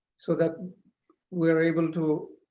so that we're able to